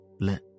let